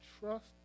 trust